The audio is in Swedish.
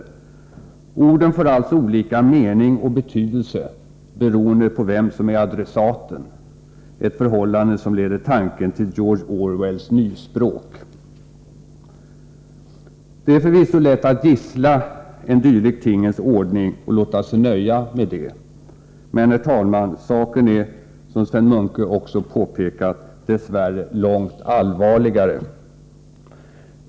Orden får alltså olika mening och betydelse beroende på vem som är adressaten, ett förhållande som leder tanken till George Orwells nyspråk. Det är förvisso lätt att gissla en dylik tingens ordning och låta sig nöja med det. Men saken är, som Sven Munke också påpekat, dess värre långt allvarligare.